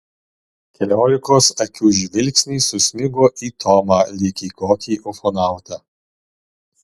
keliolikos akių žvilgsniai susmigo į tomą lyg į kokį ufonautą